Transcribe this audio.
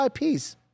IPs